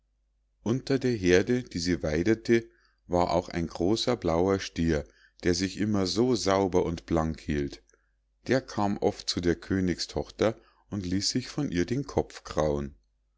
unter der heerde die sie weidete war auch ein großer blauer stier der sich immer so sauber und blank hielt der kam oft zu der königstochter und ließ sich von ihr den kopf krauen